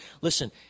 Listen